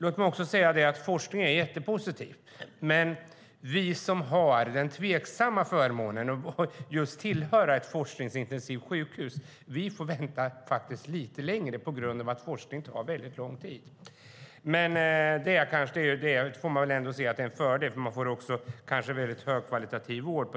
Låt mig säga att forskning är någonting mycket positivt, men vi som har den tvivelaktiga förmånen att tillhöra ett forskningsintensivt sjukhus får vänta lite längre eftersom forskning tar tid. Samtidigt är det en fördel, för på det sättet får vi en högkvalitativ vård.